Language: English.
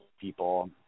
people